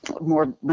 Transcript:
more